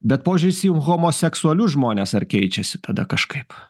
bet požiūris į homoseksualius žmones ar keičiasi tada kažkaip